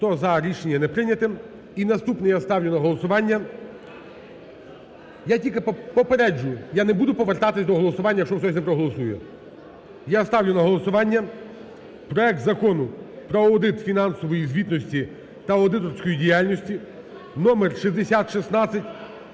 За-100 Рішення не прийнято. І наступний я ставлю на голосування. Я тільки попереджу, я не буду провертатися до голосування, якщо хтось не проголосує. Я ставлю на голосування проект Закону про аудит фінансової звітності та аудиторської діяльності (номер 6016)